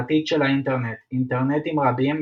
העתיד של האינטרנט אינטרנטים רבים,